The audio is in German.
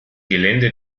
gelände